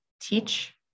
teach